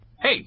Hey